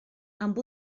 amb